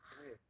why